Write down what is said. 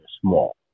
small